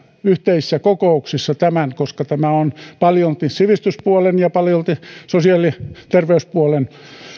yhteisissä kokouksissa koska tämä on paljolti sivistyspuolen ja paljolti sosiaali ja terveyspuolen